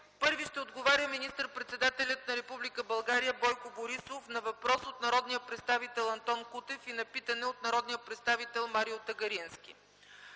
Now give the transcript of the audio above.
Първи ще отговаря министър-председателят на Република България Бойко Борисов на въпрос от народния представител Антон Кутев и на питане от народния представител Марио Тагарински.